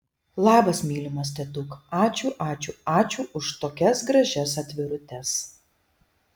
labas mylimas tetuk ačiū ačiū ačiū už tokias gražias atvirutes